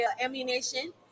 ammunition